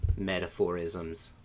metaphorisms